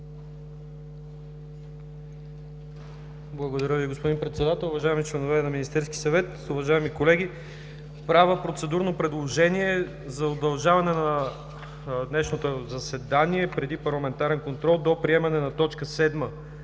Благодаря, господин Председател. Уважаеми членове на Министерския съвет, уважаеми колеги! Правя процедурно предложение за удължаване на днешното заседание преди парламентарния контрол до приемането на точка